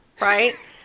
right